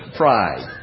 pride